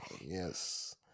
Yes